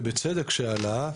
ובצדק,